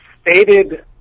stated